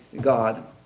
God